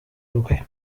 nuke